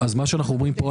אז מה שאנחנו אומרים פה,